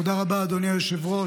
תודה רבה, אדוני היושב-ראש.